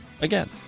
again